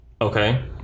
Okay